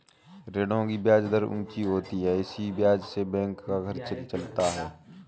ऋणों की ब्याज दर ऊंची होती है इसी ब्याज से बैंक का खर्चा चलता है